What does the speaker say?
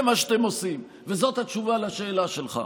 זה מה שאתם עושים, וזאת התשובה על השאלה שלך.